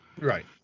right